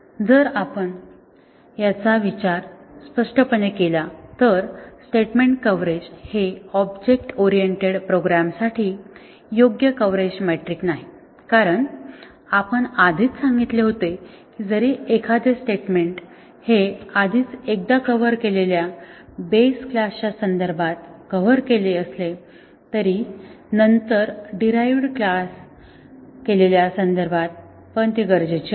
जर आपण याचा स्पष्टपणे विचार केला तर स्टेटमेंट कव्हरेज हे ऑब्जेक्ट ओरिएंटेड प्रोग्रामसाठी योग्य कव्हरेज मेट्रिक नाही कारण आपण आधीच सांगितले होते की जरी एखादे स्टेटमेंट हे आधीच एकदा कव्हर केलेल्या बेस क्लासच्या संदर्भात कव्हर केले असले तरी नंतर डीरहाईवड केलेल्या क्लास संदर्भात पण ती गरजेची आहे